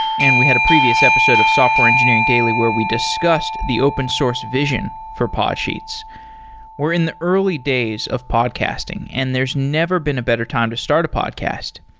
and we had a previous episode of software engineering daily where we discussed the open source vision for podsheets we're in the early days of podcasting and there's never been a better time to start a podcast.